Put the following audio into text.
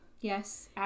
Yes